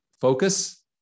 focus